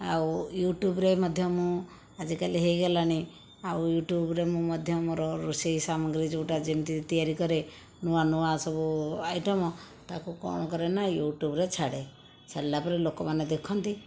ଆଉ ୟୁଟ୍ୟୁବରେ ମଧ୍ୟ ମୁଁ ଆଜିକାଲି ହୋଇଗଲାଣି ଆଉ ୟୁଟ୍ୟୁବରେ ମୁଁ ମଧ୍ୟ ମୋର ରୋଷେଇ ସାମଗ୍ରୀ ଯୋଉଟା ଯେମିତି ତିଆରି କରେ ନୂଆ ନୂଆ ସବୁ ଆଇଟମ ତାକୁ କ'ଣ କରେ ନା ୟୁଟ୍ୟୁବରେ ଛାଡ଼େ ଛାଡ଼ିଲା ପରେ ଲୋକମାନେ ଦେଖନ୍ତି